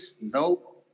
no